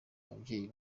ababyeyi